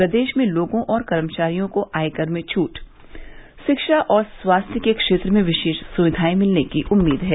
प्रदेश में लोगों और कर्मचारियों को आयकर में घूट शिक्षा और स्वास्थ्य के क्षेत्र में विरोष सुक्वियाएं मिलने की उम्मीद है